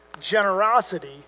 generosity